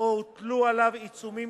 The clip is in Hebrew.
או הוטלו עליו עיצומים